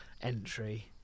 entry